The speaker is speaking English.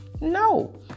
No